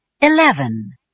Eleven